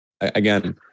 again